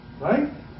Right